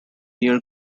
near